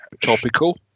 Topical